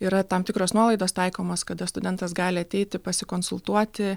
yra tam tikros nuolaidos taikomos kada studentas gali ateiti pasikonsultuoti